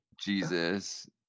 jesus